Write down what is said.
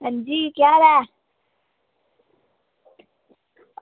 अंजी केह् हाल ऐ